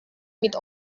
mit